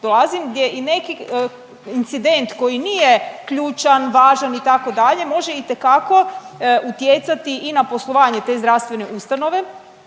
dolazim gdje i neki incident koji nije ključan, važan itd. može itekako utjecati i na poslovanje te zdravstvene ustanove